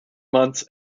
months